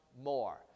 more